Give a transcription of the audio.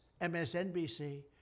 MSNBC